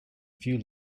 few